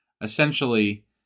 essentially